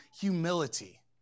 humility